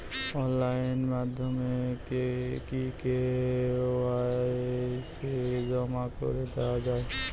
Online মাধ্যমে কি KYC জমা করে দেওয়া য়ায়?